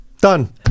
Done